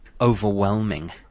overwhelming